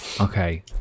Okay